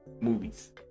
movies